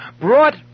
brought